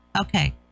okay